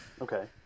Okay